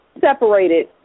separated